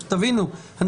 תבינו,